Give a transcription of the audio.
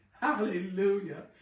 Hallelujah